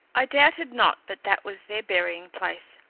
i doubted not but that was their burying place,